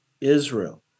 Israel